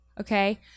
okay